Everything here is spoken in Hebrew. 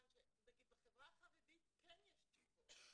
בחברה החרדית כן יש תשובות.